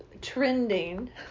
trending